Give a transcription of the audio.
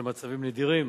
במצבים נדירים